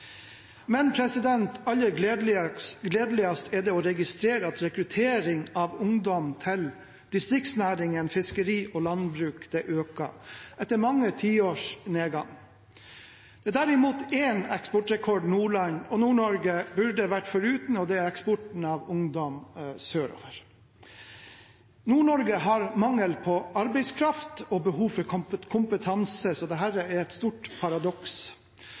Men aller gledeligst er det å registrere at rekruttering av ungdom til distriktsnæringene fiskeri og landbruk øker – etter mange tiårs nedgang. Det er derimot én eksportrekord Nordland og Nord-Norge burde vært foruten, og det er eksporten av ungdom sørover. Nord-Norge har mangel på arbeidskraft og behov for kompetanse, så dette er et stort paradoks.